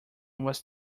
was